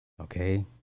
Okay